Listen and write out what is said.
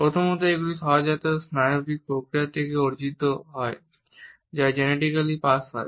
প্রথমত এগুলি সহজাত স্নায়বিক প্রক্রিয়া থেকে অর্জিত হয় যা জেনেটিক্যালি পাস হয়